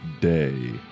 Day